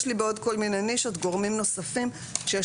יש בעוד כל מיני נישות גורמים נוספים שיש